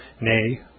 nay